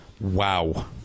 Wow